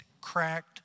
cracked